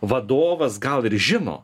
vadovas gal ir žino